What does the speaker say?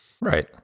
Right